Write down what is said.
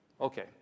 Okay